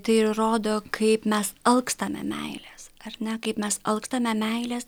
tai ir įrodo kaip mes alkstame meilės ar ne kaip mes alkstame meilės